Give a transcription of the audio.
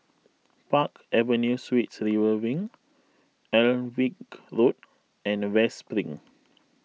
Park Avenue Suites River Wing Alnwick Road and West Spring